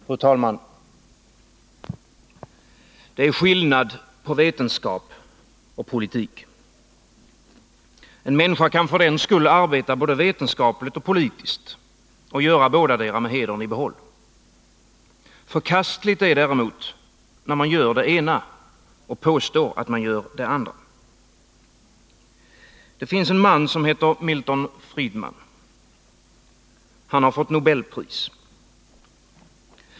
Fru talman! Det är skillnad på vetenskap och politik. En människa kan för den skull arbeta både vetenskapligt och politiskt, och göra bådadera med hedern i behåll. Förkastligt är däremot när man gör det ena och påstår att man gör det andra. Det finns en man som heter Milton Friedman. Han har fått Nobelpriset.